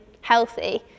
healthy